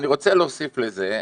אני רוצה להוסיף לזה,